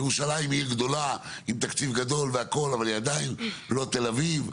ירושלים היא עיר גדולה עם תקציב גדול והכל אבל היא עדיין לא תל אביב.